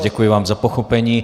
Děkuji vám za pochopení.